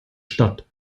statt